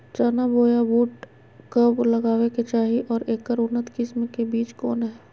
चना बोया बुट कब लगावे के चाही और ऐकर उन्नत किस्म के बिज कौन है?